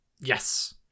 yes